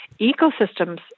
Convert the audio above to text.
ecosystems